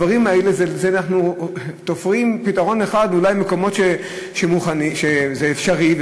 בדברים האלה אנחנו תופרים פתרון אחד אולי במקומות שזה אפשרי,